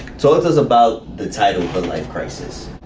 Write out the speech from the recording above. so it does about the title mid-life crisis.